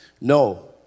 No